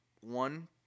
one